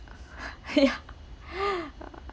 ya